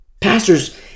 Pastors